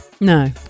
No